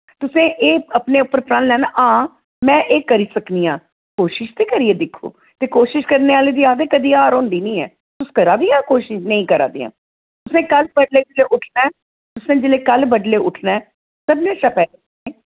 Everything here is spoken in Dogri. तुसें एह् अपने उप्पर प्रण लैना हां में एह् करी सकनी आं कोशश ते करियै दिक्खो ते कोशश करने आह्ले दी आखदे कदें हार होंदी नेईं ऐ तुस करा दी ओ कोशश नेईं करा दियां तुसें कल्ल बडलै जिसलै उट्ठना ऐ तुसें जिसलै कल्ल बडलै उट्ठना ऐ सभनें शा पैह्लें